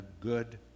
good